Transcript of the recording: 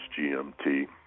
GMT